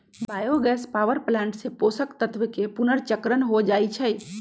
bio gas power plant से पोषक तत्वके पुनर्चक्रण हो जाइ छइ